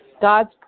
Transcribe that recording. God's